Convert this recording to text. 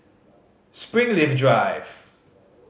Springleaf Drive